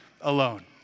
alone